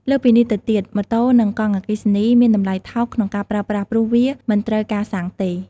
លើសពីនេះទៅទៀត ម៉ូតូនិងកង់អគ្គិសនីមានតម្លៃថោកក្នុងការប្រើប្រាស់ព្រោះវាមិនត្រូវការសាំងទេ។